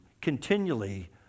continually